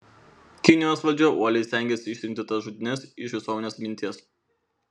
kinijos valdžia uoliai stengėsi ištrinti tas žudynes iš visuomenės atminties